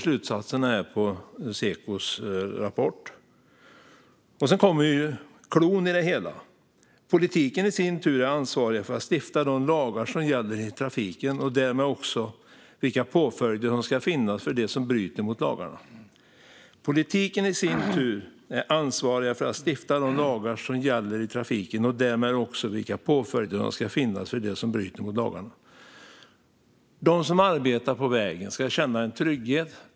Sedan kommer cloun i det hela: "Politiken i sin tur är ansvariga för att stifta de lagar som gäller i trafiken och därmed också vilka påföljder som ska finnas för de som bryter mot lagarna." De som arbetar på vägen ska känna trygghet.